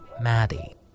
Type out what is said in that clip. Maddie